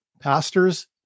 pastors